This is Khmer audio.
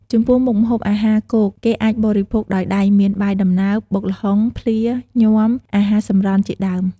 ចំពោះ មុខម្ហូបអាហារគោកគេអាចបរិភោគដោយដៃមាន បាយដំណើប បុកល្ហុង ភ្លា ញាំ អាហារសម្រន់ជាដើម។